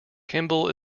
kimball